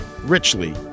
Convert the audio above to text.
richly